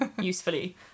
usefully